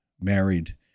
married